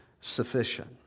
sufficient